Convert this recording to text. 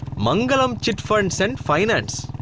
mangalam chit funds and finance.